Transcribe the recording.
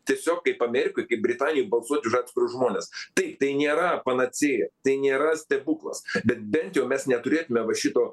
tiesiog kaip amerikoj kaip britanijoj balsuoti už atskirus žmones taip tai nėra panacėja tai nėra stebuklas bet bent jau mes neturėtume va šito